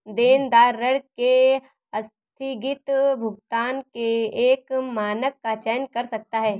देनदार ऋण के आस्थगित भुगतान के एक मानक का चयन कर सकता है